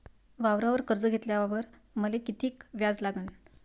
वावरावर कर्ज घेतल्यावर मले कितीक व्याज लागन?